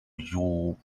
you